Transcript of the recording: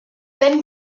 been